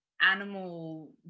animal